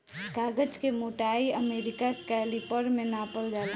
कागज के मोटाई अमेरिका कैलिपर में नापल जाला